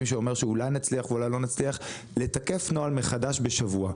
שאומר "אולי נצליח ואולי לא נצליח לתקף נוהל מחדש בשבוע".